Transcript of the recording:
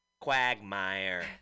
quagmire